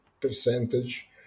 percentage